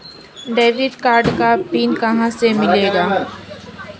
Debit card का pin कहां से मिलेगा?